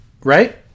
Right